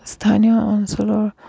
স্থানীয় অঞ্চলৰ